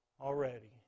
already